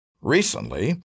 Recently